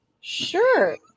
Sure